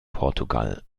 portugal